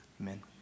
Amen